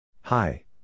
Hi